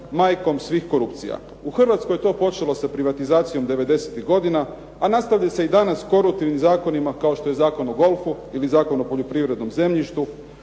majkom svih korupcija. U Hrvatskoj je to počelo sa privatizacijom '90.-tih godina a nastavlja se i danas …/Govornik se ne razumije./… zakonima kao što je Zakon o golfu ili Zakon o poljoprivrednom zemljištu,